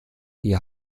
die